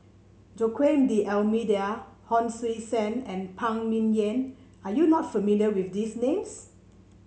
Joaquim D'Almeida Hon Sui Sen and Phan Ming Yen are you not familiar with these names